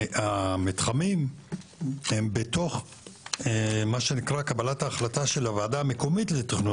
המתחמים הם בתוך מה שנקרא קבלת ההחלטה של הוועדה המקומית לתכנון